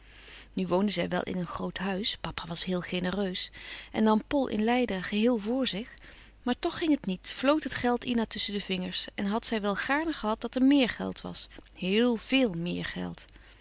nu woonden zij wel in een groot huis papa was heel genereus en nam pol in leiden geheel voor zich maar toch ging het niet vloot het geld ina tusschen de vingers en had zij wel gaarne gehad dat er meer geld was heel veel meer geld